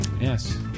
yes